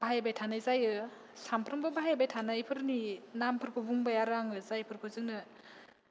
बाहायबाय थानाय जायो सामफ्रामबो बाहायबाय थानाय फोरनि नामफोरखौ बुंबाय आरो आङो जायफोरखौ जोंनो